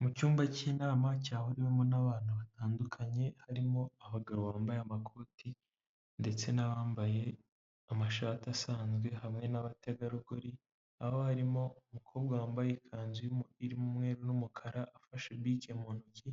Mu cyumba cy'inama cyahuriwemo n'abantu batandukanye harimo abagabo bambaye amakoti ndetse n'abambaye amashati asanzwe hamwe n'abategarugori, aho harimo umukobwa wambaye ikanzu irimo umweru n'umukara, afashe bike mu ntoki,